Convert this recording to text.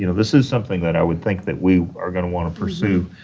you know this is something that i would think that we are going to want to pursue.